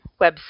website